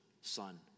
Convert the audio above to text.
son